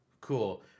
Cool